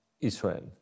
Israel